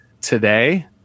today